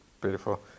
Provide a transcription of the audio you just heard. Beautiful